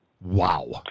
Wow